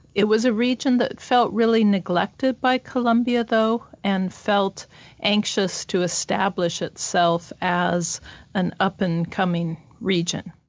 it was a region that felt really neglected by colombia though, and felt anxious to establish itself as an up-and-coming region.